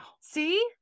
See